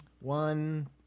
One